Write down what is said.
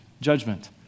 judgment